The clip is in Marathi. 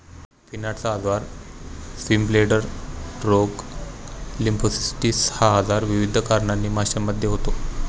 फिनार्टचा आजार, स्विमब्लेडर रोग, लिम्फोसिस्टिस हा आजार विविध कारणांनी माशांमध्ये होतो